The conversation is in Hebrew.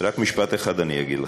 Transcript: רק משפט אחד אני אגיד לך: